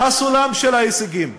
סולם ההישגים.